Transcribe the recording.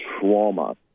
trauma